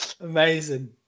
Amazing